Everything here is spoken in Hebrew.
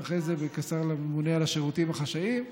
ואחרי זה כשר הממונה על השירותים החשאיים.